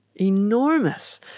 Enormous